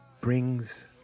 brings